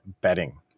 betting